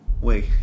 Wait